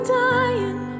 dying